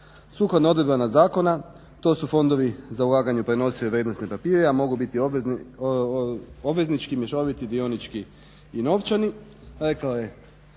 Sukladno odredbama zakona to su fondovi za ulaganje prenosive vrijednosne papire, a mogu biti obveznički, mješoviti, dionički i novčani,